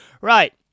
Right